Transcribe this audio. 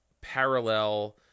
parallel